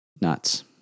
nuts